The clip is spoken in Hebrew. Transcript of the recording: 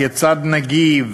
כיצד נגיב